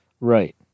Right